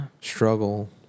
struggle